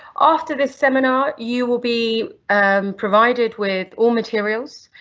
after this seminar you will be provided with all materials,